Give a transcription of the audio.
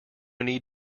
need